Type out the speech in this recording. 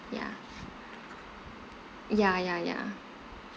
ya ya ya